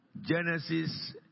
Genesis